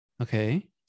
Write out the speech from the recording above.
okay